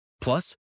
Plus